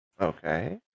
Okay